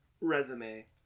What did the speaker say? resume